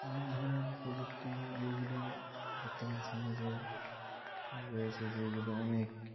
অনেক ধরনের প্রযুক্তি যেগুলো বর্তমান সমাজে রয়েছে যেগুলো অনেক